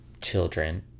children